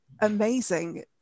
amazing